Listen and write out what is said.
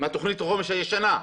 מתוכנית החומש הישנה.